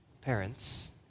Parents